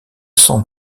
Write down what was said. sent